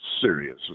serious